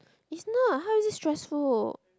is not how is it stressful